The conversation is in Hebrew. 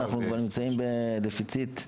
אנחנו כבר נמצאים בדפיציט (גירעון).